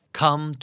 come